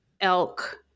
elk